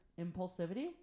Impulsivity